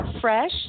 Fresh